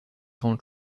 grandes